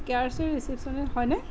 কে আৰ চিৰ ৰিচেপচনিষ্ট হয়নে